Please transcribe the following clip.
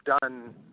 done